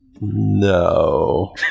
no